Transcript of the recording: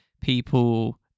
people